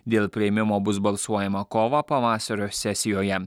dėl priėmimo bus balsuojama kovą pavasario sesijoje